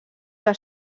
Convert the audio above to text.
que